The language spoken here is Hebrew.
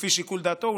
לפי שיקול דעתו,